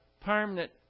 permanent